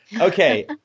Okay